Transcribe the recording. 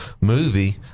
movie